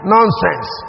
Nonsense